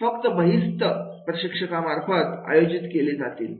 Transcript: फक्त बहिस्त प्रशिक्षका मार्फत आयोजित केले जातील